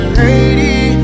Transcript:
lady